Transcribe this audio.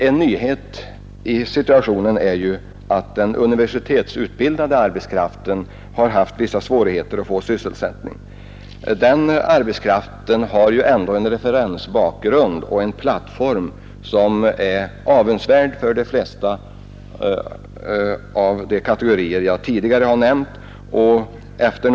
En nyhet i situationen är att den universitetsutbildade arbetskraften haft vissa svårigheter att få sysselsättning. Den arbetskraften har dock en referensbakgrund och en plattform som synes de kategorier som jag tidigare nämnt avundsvärda.